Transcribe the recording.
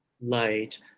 light